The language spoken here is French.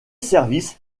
service